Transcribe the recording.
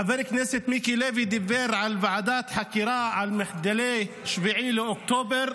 חבר הכנסת מיקי לוי דיבר על ועדת חקירה על מחדלי 7 באוקטובר.